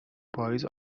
پاییز